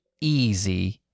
easy